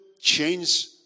change